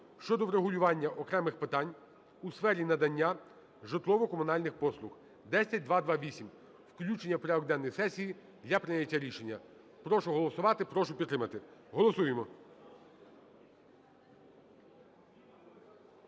щодо врегулювання окремих питань у сфері надання житлово-комунальних послуг (10228). Включення в порядок денний сесії для прийняття рішення. Прошу голосувати, прошу підтримати. Голосуємо.